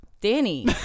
Danny